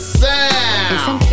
sound